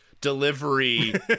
delivery